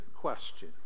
question